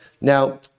Now